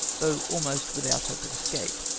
though almost without hope of escape.